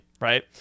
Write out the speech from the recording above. right